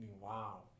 wow